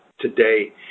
today